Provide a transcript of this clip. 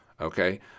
okay